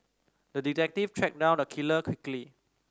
the detective tracked down the killer quickly